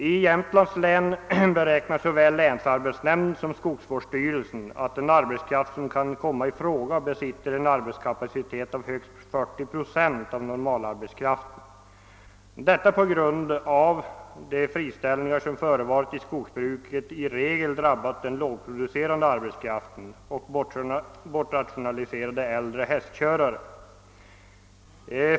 I Jämtlands län beräknar såväl länsarbetsnämnden som skogsvårdsstyrel :sen, att den arbetskraft som kan komma i fråga besitter en arbetskapacitet av högst 40 procent av normalarbetskraftens. Detta är fallet på grund av att de friställningar som förevarit i skogsbruket i regel drabbat den lågproducerande arbetskraften och bortrationali serade äldre hästkörare.